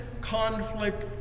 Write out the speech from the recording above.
conflict